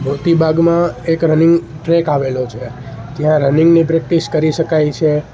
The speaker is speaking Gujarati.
મોતીબાગમાં એક રનિંગ ટ્રેક આવેલો છે ત્યાં રનિંગની પ્રેક્ટિસ કરી શકાય છે